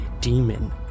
demon